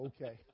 Okay